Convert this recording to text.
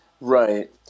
Right